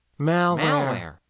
Malware